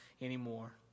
anymore